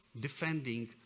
defending